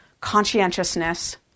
conscientiousness